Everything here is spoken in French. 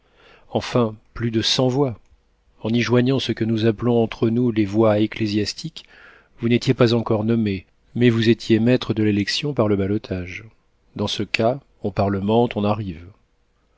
enfin plus de cent voix en y joignant ce que nous appelons entre nous les voix ecclésiastiques vous n'étiez pas encore nommé mais vous étiez maître de l'élection par le ballottage dans ce cas on parlemente on arrive